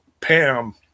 Pam